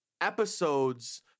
episodes